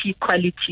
quality